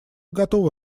готова